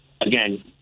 again